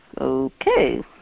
okay